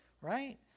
right